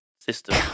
system